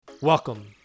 Welcome